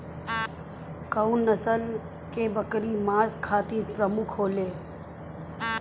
कउन नस्ल के बकरी मांस खातिर प्रमुख होले?